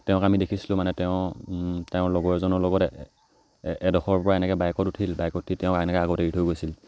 তেওঁক আমি দেখিছিলোঁ মানে তেওঁ তেওঁৰ লগৰ এজনৰ লগতে এ এডোখৰৰ পৰা এনেকৈ বাইকত উঠিল বাইকত তেওঁক এনেকৈ আগতে থৈ গৈছিল